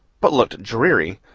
but looked dreary,